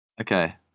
Okay